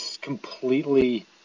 completely